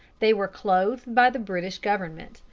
they were clothed by the british government,